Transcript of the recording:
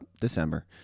December